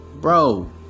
bro